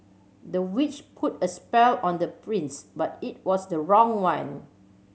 the witch put a spell on the prince but it was the wrong one